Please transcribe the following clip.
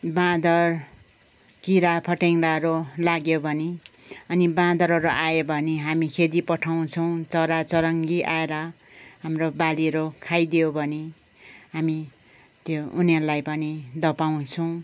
बाँदर किरा फट्याङ्ग्राहरू लाग्यो भने अनि बाँदरहरू आयो भने हामी खेदिपठाउँछौँ चरा चुरङ्गी आएर हाम्रो बालीहरू खाइदियो भने हामी त्यो उनीहरूलाई पनि धपाउँछौँ